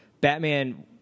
Batman